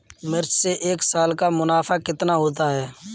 मिर्च से एक साल का मुनाफा कितना होता है?